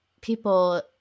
people